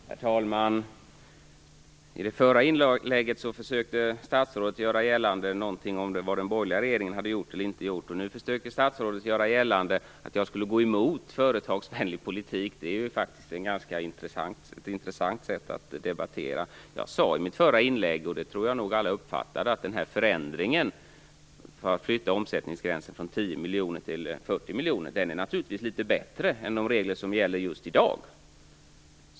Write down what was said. Herr talman! I sitt förra inlägg försökte statsrådet tala om vad den borgerliga regeringen gjort eller inte gjort. Nu försöker statsrådet göra gällande att jag skulle gå emot företagsvänlig politik. Det är ett ganska intressant sätt att debattera. Jag sade i mitt förra inlägg, och det tror jag nog att alla uppfattade, att flyttningen av omsättningsgränsen från 10 miljoner till 40 miljoner naturligtvis är litet bättre än de regler som gäller just i dag.